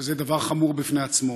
שזה דבר חמור בפני עצמו,